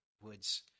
woods